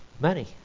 Money